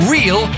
Real